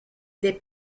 des